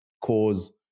cause